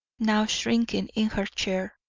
now shrinking in her chair